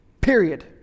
Period